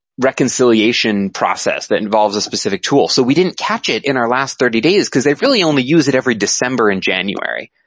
reconciliation process that involves a specific tool. so we didn't catch it in our last thirty days, because they really only use it every december and january,